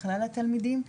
לכלל התלמידים,